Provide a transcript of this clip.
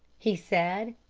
he said.